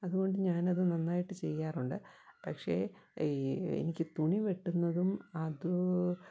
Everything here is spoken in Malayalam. അതുകൊണ്ട് ഞാനത് നന്നായിട്ട് ചെയ്യാറുണ്ട് പക്ഷെ എനിക്ക് തുണി വെട്ടുന്നതും അത്